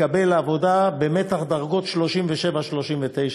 מתקבל לעבודה במתח דרגות 37 39,